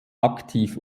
aktiv